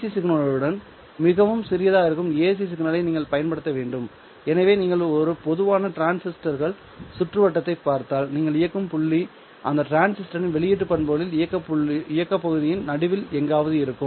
C சிக்னலுடன் மிகவும் சிறியதாக இருக்கும் ஏசி சிக்னலை நீங்கள் பயன்படுத்த வேண்டும் எனவே நீங்கள் ஒரு பொதுவான டிரான்சிஸ்டர்கள் சுற்றுவட்டத்தைப் பார்த்தால் நீங்கள் இயங்கும் புள்ளி அந்த டிரான்சிஸ்டரின் வெளியீட்டு பண்புகளின் இயக்கப் பகுதியின் நடுவில் எங்காவது இருக்கும்